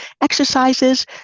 exercises